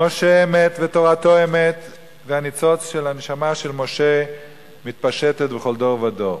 משה אמת ותורתו אמת והניצוץ של הנשמה של משה מתפשט בכל דור ודור.